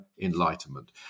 enlightenment